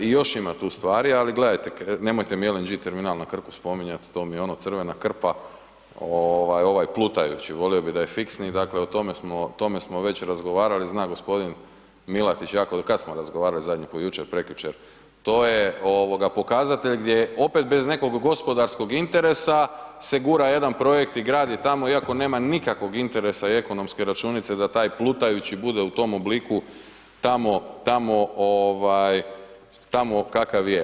I još ima tu stvari ali gledajte, nemojte mi LNG terminal na Krku spominjati, to mi je ono, crvena krpa, ovaj plutajući, volio bi da je fiksni i dakle o tome smo već razgovarali, zna g. Milatić kad smo razgovarali zadnji put, jučer, prekjučer, to je pokazatelj gdje opet bez nekog gospodarskog interesa se gura jedan projekt i gradi tamo iako nema nikakvog interese i ekonomske računice da taj plutajući bude u tom obliku tamo kakav je.